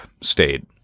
stayed